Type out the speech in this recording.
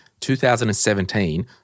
2017